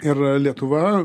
ir lietuva